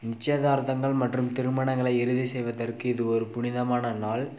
நிச்சயதார்த்தங்கள் மற்றும் திருமணங்களை இறுதி செய்வதற்கு இது ஒரு புனிதமான நாள்